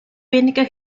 wenige